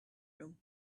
room